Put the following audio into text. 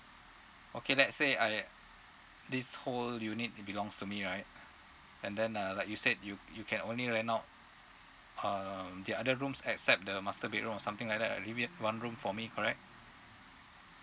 okay let's say I this whole unit belongs to me right and then uh like you said you you can only rent out um the other rooms except the master bedroom or something like that leaving one room for me correct